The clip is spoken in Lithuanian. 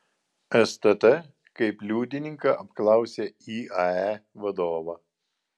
stt kaip liudininką apklausė iae vadovą